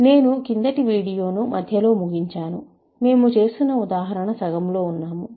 నేను క్రిందటి వీడియోను మధ్యలో ముగించాను మేము చేస్తున్న ఉదాహరణ సగంలో ఉన్నాము